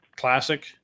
Classic